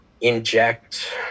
inject